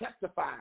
testify